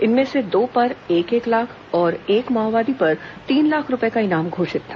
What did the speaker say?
इनमें से दो पर एक एक लाख और एक माओवादी पर तीन लाख रूपये का इनाम घोषित था